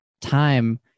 time